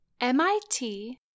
MIT